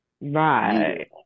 Right